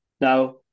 Now